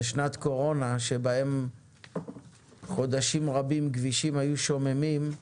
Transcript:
בשנת קורונה, שבה חודשים רבים כבישים היו שוממים,